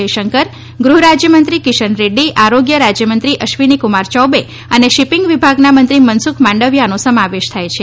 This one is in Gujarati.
જયશંકર ગૂહ રાજ્યમંત્રી કિસન રેડ્ડી આરોગ્ય રાજયમંત્રી અશ્વિની કુમાર ચૌબે અને શીપીંગ વિભાગના મંત્રી મનસુખ માંડવીયાનો સમાવેશ થાય છે